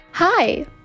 Hi